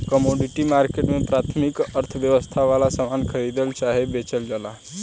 commodity market में प्राथमिक अर्थव्यवस्था वाला सामान खरीदल चाहे बेचल जाला